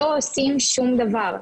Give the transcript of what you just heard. לא עושים שוב דבר.